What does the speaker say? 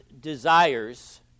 desires